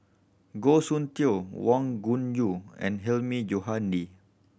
Goh Soon Tioe Wang Gungwu and Hilmi Johandi